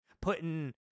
putting